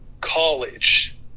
College